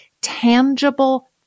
tangible